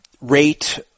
rate